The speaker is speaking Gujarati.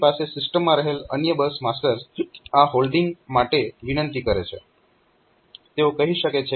આપણી પાસે સિસ્ટમમાં રહેલ અન્ય બસ માસ્ટર્સ આ હોલ્ડિંગ માટે વિનંતી કરી શકે છે